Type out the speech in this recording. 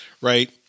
right